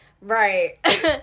Right